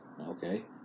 Okay